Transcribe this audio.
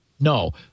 No